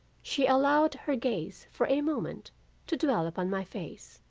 she allowed her gaze for a moment to dwell upon my face,